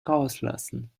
rauslassen